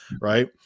right